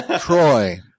Troy